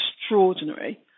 extraordinary